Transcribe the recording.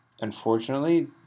unfortunately